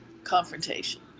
confrontation